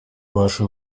ваши